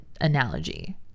analogy